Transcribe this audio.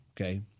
okay